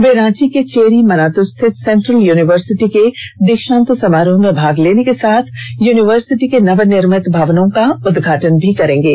वे रांची के चेरी मनात् स्थित central university के दीक्षांत समारोह में भाग लेने के साथ यूनिवर्सिटी के नवनिर्मित भवनों का उद्घाटन भी करेंगे